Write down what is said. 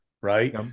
right